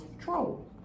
troll